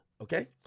okay